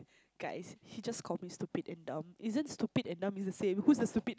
guys he just call me stupid and dumb isn't stupid and dumb is the same who's the stupid